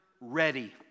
ready